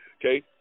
Okay